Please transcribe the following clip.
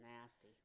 nasty